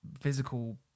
physical